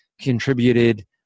contributed